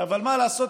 אבל מה לעשות,